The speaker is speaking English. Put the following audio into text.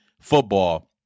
football